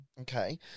Okay